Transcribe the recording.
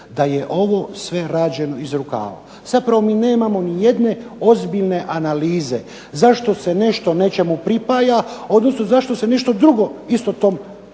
da je ovo sve rađeno iz rukava. Zapravo mi nemamo nijedne ozbiljne analize zašto se nešto nečemu pripaja, odnosno zašto se nešto drugo istom tom ne pripaja.